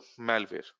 malware